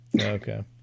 Okay